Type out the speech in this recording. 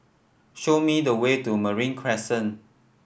show me the way to Marine Crescent